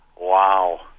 Wow